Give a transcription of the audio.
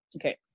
Okay